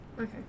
Okay